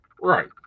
Right